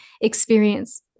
experience